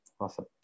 Awesome